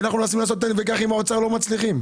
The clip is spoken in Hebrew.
אנחנו מנסים לעשות תן וקח עם האוצר ולא מצליחים.